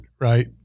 right